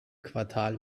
quartal